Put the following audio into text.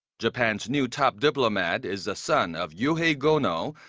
japan's new top diplomat is the son of yohei kono,